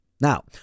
Now